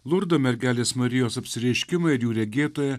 lurdo mergelės marijos apsireiškimai ir jų regėtoja